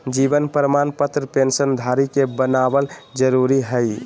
जीवन प्रमाण पत्र पेंशन धरी के बनाबल जरुरी हइ